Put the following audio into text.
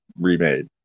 remade